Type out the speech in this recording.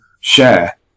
share